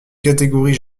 catégories